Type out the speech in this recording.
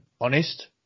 Honest